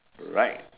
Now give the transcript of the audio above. right